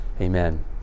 Amen